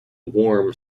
warm